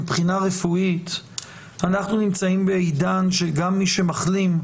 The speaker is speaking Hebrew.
מבחינה רפואית אנחנו נמצאים בעידן שגם מי שמחלים,